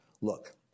Look